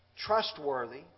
trustworthy